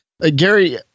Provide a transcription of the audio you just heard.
Gary